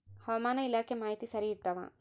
ಹವಾಮಾನ ಇಲಾಖೆ ಮಾಹಿತಿ ಸರಿ ಇರ್ತವ?